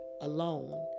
alone